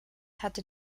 hatte